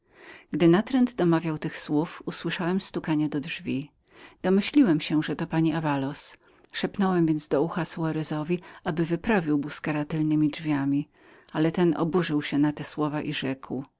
gdy natręt domawiał tych słów usłyszałem stukanie do drzwi domyśliłem się że to była pani davaloz szepnąłem więc do ucha soarezowi aby wyprawił busquera tylnemi drzwiami ale ten oburzył się na te słowa i rzekł